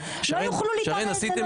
לא יוכלו לטעון נושא חדש.